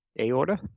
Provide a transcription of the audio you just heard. Aorta